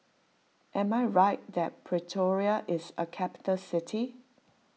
am I right that Pretoria is a capital city